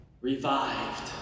revived